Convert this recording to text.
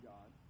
God